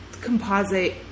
composite